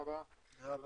הישיבה ננעלה בשעה